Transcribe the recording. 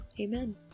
amen